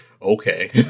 Okay